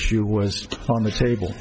issue was on the table